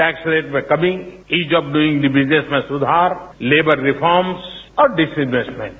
टैक्सर rate में कमी ease of doing the business में सुधार लेबर रिफॉर्मस और डिसइन्वेस्टटमेंट